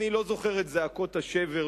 אני לא זוכר את זעקות השבר,